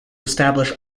establish